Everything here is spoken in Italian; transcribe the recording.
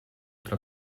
tra